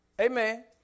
Amen